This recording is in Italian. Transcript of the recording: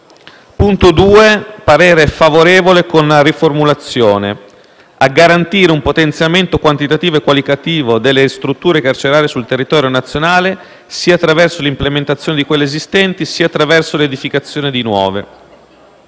punto 2) il parere è favorevole con la seguente riformulazione: «a garantire un potenziamento - quantitativo e qualitativo - delle strutture carcerarie sul territorio nazionale sia attraverso l'implementazione di quelle esistenti sia attraverso l'edificazione di nuove».